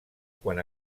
quan